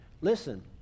Listen